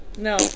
No